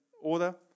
order